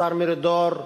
השר מרידור,